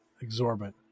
exorbitant